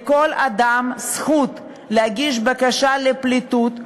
לכל אדם זכות להגיש בקשת פליטות,